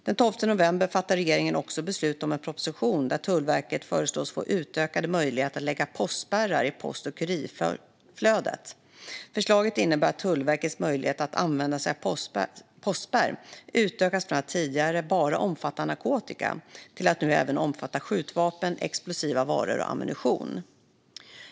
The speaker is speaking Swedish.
Den 12 november fattade regeringen också beslut om en proposition där Tullverket föreslås få utökade möjligheter att lägga postspärrar i post och kurirflödet. Förslaget innebär att Tullverkets möjlighet att använda sig av postspärrar utökas från att tidigare bara omfatta narkotika till att nu även omfatta skjutvapen, explosiva varor och ammunition.